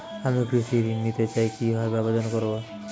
আমি কৃষি ঋণ নিতে চাই কি ভাবে আবেদন করব?